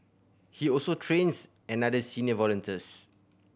he also trains another senior volunteers